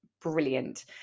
brilliant